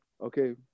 Okay